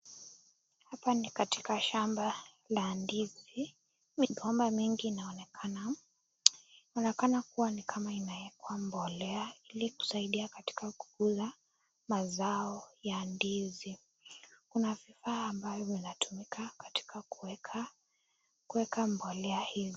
Hapa ni katika shamba la ndizi. Migomba mingi inaonekana, inaonekana kuwa ni kama inawekwa mbolea ili kusaidia kukuza mazao ya ndizi. Kuna vifaa mingi ya kutumia kuweka mbolea hizi.